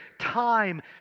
time